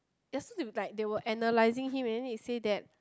ya so they were like they were analysing him and then they say that